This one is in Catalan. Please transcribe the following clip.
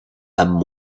amb